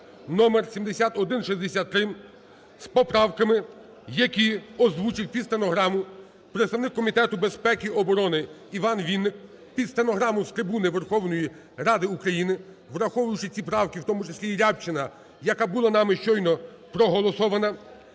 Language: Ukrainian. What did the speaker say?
(номер 7163) з поправками, які озвучив під стенограму представник Комітету безпеки та оборони ІванВінник, під стенограму з трибуни Верховної Ради України, враховуючи ті правки, в тому числі і Рябчина, яка була нами щойно проголосована,